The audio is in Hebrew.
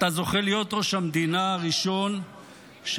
אתה זוכה להיות ראש המדינה הראשון שנואם